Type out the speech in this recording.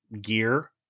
gear